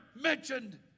mentioned